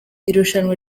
irushanwa